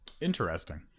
Interesting